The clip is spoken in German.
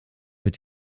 wird